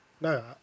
No